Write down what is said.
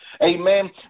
amen